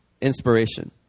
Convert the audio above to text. inspiration